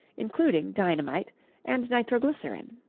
including dynamite and nitroglycerin.